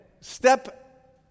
step